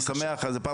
אני שמח על זה.